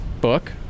book